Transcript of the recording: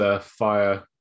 fire